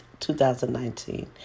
2019